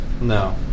No